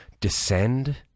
descend